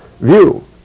view